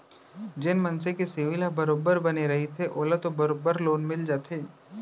जेन मनसे के सिविल ह बरोबर बने रहिथे ओला तो बरोबर लोन मिल जाथे